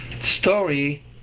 story